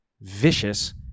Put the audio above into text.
vicious